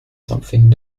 something